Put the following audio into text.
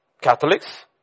Catholics